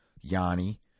Yanni